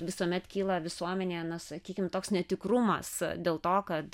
visuomet kyla visuomenėje na sakykim toks netikrumas dėl to kad